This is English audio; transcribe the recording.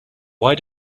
why